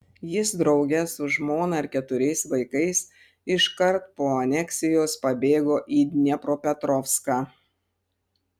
jis drauge su žmona ir keturiais vaikais iškart po aneksijos pabėgo į dniepropetrovską